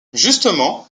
justement